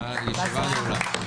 הישיבה נעולה.